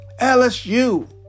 LSU